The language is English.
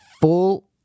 full